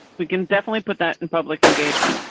we can definitely put that in public engagement.